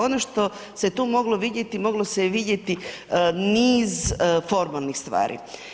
Ono što se tu moglo vidjeti, moglo se vidjeti niz formalnih stvari.